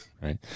right